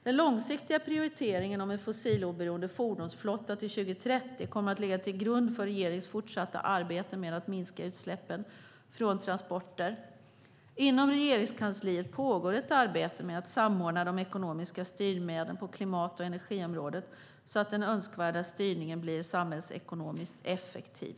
Den långsiktiga prioriteringen om en fossiloberoende fordonsflotta till 2030 kommer att ligga till grund för regeringens fortsatta arbete med att minska utsläppen från transporter. Inom Regeringskansliet pågår ett arbete med att samordna de ekonomiska styrmedlen på klimat och energiområdet så att den önskvärda styrningen blir samhällsekonomiskt effektiv.